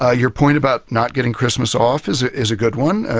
ah your point about not getting christmas off is ah is a good one.